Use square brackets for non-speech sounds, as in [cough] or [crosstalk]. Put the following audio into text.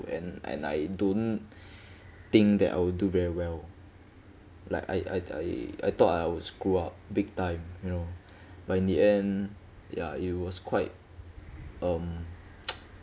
and and I don't [breath] think that I will do very well like I I I I thought I would screw up big time you know [breath] but in the end ya it was quite um [noise]